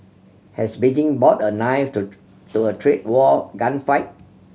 has Beijing brought a knife to to a trade war gunfight